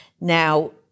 Now